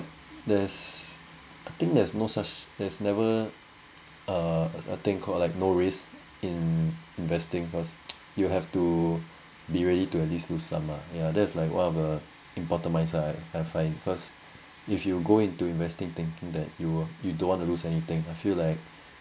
there's I think there's no such there's never a a a thing called like no risk in investing cause you have to be ready to at least lose some ah ya that's like one of a important mindset have I cause if you go into investing thinking that you were you don't want to lose anything I feel like